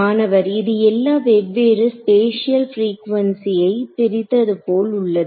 மாணவர் இது எல்லா வெவ்வேறு ஸ்பேஷியல் பிரிகுவென்சியை பிரித்தது போல் உள்ளது